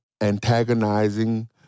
antagonizing